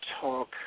talk